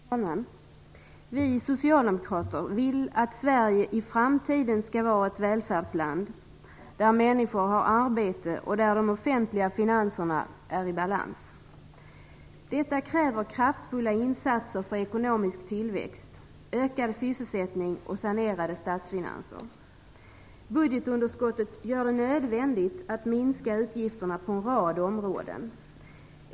Fru talman! Vi socialdemokrater vill att Sverige i framtiden skall vara ett välfärdsland där människor har arbete och där de offentliga finanserna är i balans. Detta kräver kraftfulla insatser för ekonomisk tillväxt, ökad sysselsättning och sanerade statsfinanser. Budgetunderskottet gör det nödvändigt att minska utgifterna på en rad områden.